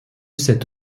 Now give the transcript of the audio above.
cet